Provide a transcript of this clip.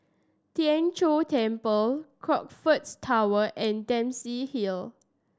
Tien Chor Temple Crockfords Tower and Dempsey Hill